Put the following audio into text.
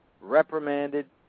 reprimanded